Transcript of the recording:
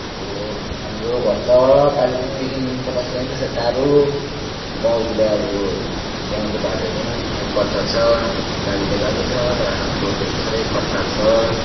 हो हाम्रो घर त कालिम्पोङदेखि पचास किलोमिटर टाढो गाउँतिर अब गाउँको बाटो एकदम कच्चा छ गाडी त गएको छ तर रोडहरू पनि साह्रै कच्चा छ